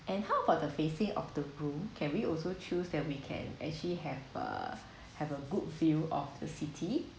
and how about the facing of the room can we also choose that we can actually have uh have a good view of the city